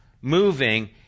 moving